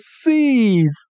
seas